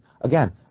Again